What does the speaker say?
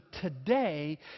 today